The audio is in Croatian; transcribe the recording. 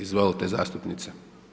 Izvolite zastupnice.